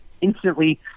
instantly